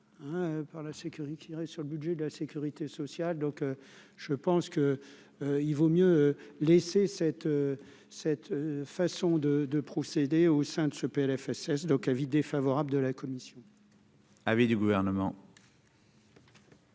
sur le budget de la Sécurité Sociale donc je pense que il vaut mieux laisser cette, cette façon de de procéder au sein de ce Plfss donc avis défavorable de la commission. Avis du gouvernement.